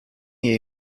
the